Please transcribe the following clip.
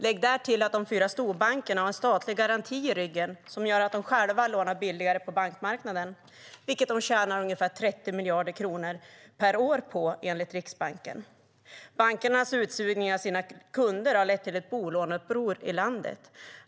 Lägg därtill att de fyra storbankerna har en statlig garanti i ryggen som gör att de själva lånar billigare på bankmarknaden, vilket de tjänar ungefär 30 miljarder kronor per år på enligt Riksbanken. Bankernas utsugning av sina kunder har lett till ett bolåneuppror i landet.